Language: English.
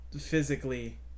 physically